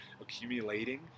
accumulating